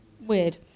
weird